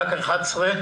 בוקר טוב.